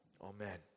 Amen